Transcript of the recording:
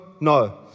no